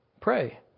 Pray